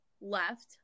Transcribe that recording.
left